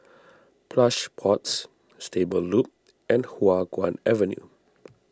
Plush Pods Stable Loop and Hua Guan Avenue